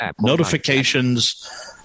notifications